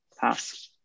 Pass